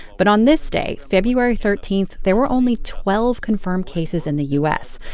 but on this day, february thirteen, there were only twelve confirmed cases in the u s.